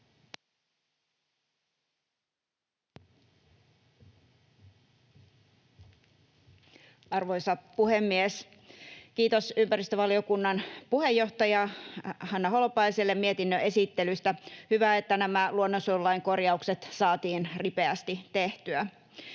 Arvoisa puhemies! Kiitos ympäristövaliokunnan puheenjohtajalle Hanna Holopaiselle mietinnön esittelystä. Hyvä, että nämä luonnonsuojelulain korjaukset saatiin ripeästi tehtyä.